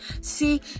See